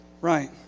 right